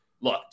Look